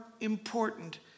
important